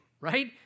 right